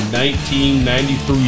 1993